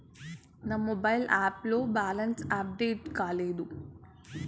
నా mobile app లో balance update కాలేదు